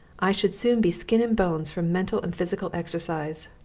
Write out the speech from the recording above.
i should soon be skin and bones from mental and physical exercise.